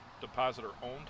depositor-owned